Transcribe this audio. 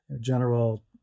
general